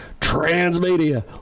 transmedia